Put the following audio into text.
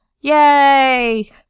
Yay